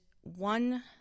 one